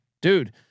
dude